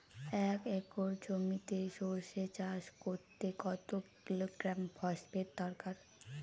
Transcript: এক একর জমিতে সরষে চাষ করতে কত কিলোগ্রাম ফসফেট দরকার?